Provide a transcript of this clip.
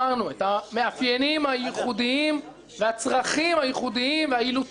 את המאפיינים הייחודיים והצרכים הייחודיים והאילוצים,